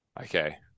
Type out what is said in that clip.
okay